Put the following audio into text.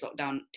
lockdown